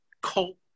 cult